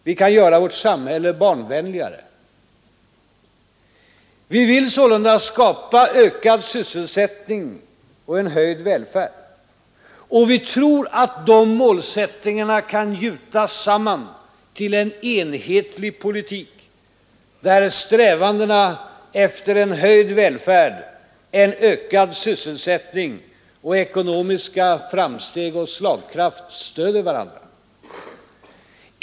Vi kan göra vårt samhälle barnvänligare. Vi vill sålunda skapa ökad sysselsättning och en höjd välfärd. Och vi tror att dessa målsättningar kan gjutas samman till en enhetlig politik, där strävandena efter en höjd välfärd, en ökad sysselsättning och ekonomiska framsteg och slagkraft stödjer varandra.